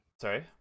Sorry